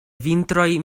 vintroj